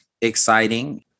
exciting